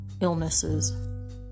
illnesses